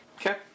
Okay